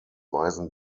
weisen